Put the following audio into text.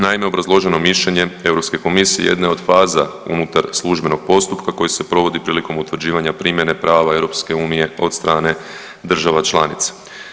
Naime, obrazloženo mišljenje Europske komisije jedne od faza unutar službenog postupka koji se provodi prilikom utvrđivanja primjene prava EU od strane država članica.